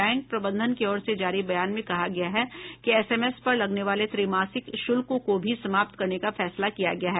bank प्रबंधन की ओर से जारी बयान में कहा गया है कि एसएमएस पर लगने वाले त्रि मासिक शुल्क को भी समाप्त करने का फैसला किया गया है